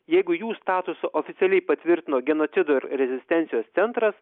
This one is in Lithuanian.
jeigu jų statusą oficialiai patvirtino genocido ir rezistencijos centras